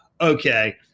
okay